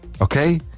okay